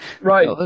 Right